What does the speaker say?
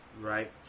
right